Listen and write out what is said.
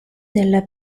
della